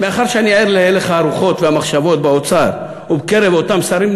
מאחר שאני ער להלך הרוחות והמחשבות באוצר ובקרב אותם שרים,